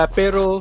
pero